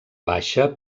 baixa